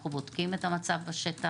אנחנו בודקים את המצב בשטח,